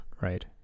right